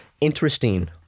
interesting